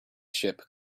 ship